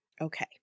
Okay